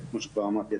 וכמו שכבר אמרתי,